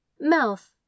mouth